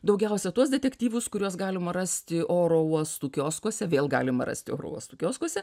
daugiausia tuos detektyvus kuriuos galima rasti oro uostų kioskuose vėl galima rasti oro uostų kioskuose